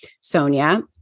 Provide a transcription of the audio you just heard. Sonia